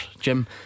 Jim